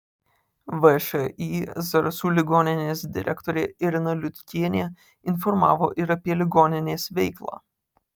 všį zarasų ligoninės direktorė irena liutkienė informavo ir apie ligoninės veiklą